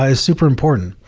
ah super important.